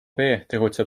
tegutseb